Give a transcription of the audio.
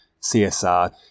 CSR